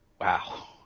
Wow